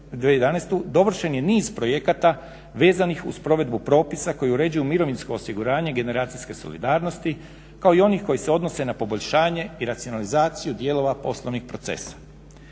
dovršen je niz projekata vezanih uz provedbu propisa koji uređuju mirovinsko osiguranje generacijske solidarnosti, kao i onih koji se odnose na poboljšanje i racionalizaciju dijelova poslovnih procesa.